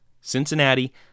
Cincinnati